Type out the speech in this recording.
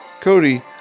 Cody